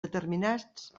determinats